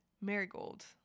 marigold